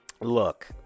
look